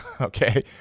Okay